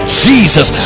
jesus